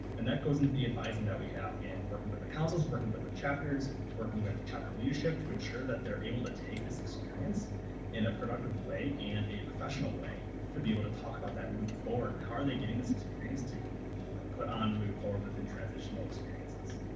and that goes into the advising that we have in working with the councils, working with the chapters, working with the chapter leadership to ensure that they're able to take this experience in a productive way and a professional way to be able to talk about that moving forward. how are they getting this experience to put on and move forward within transitional experiences.